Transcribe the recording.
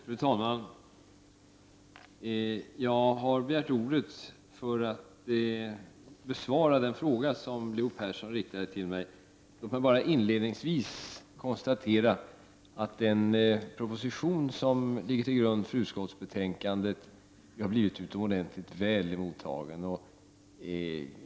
Fru talman! Jag har begärt ordet för att besvara den fråga som Leo Persson riktade till mig. Låt mig inledningsvis konstatera att den proposition som ligger till grund för utskottsbetänkandet har blivit utomordentligt väl mottagen.